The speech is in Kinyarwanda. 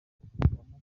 bagahitamo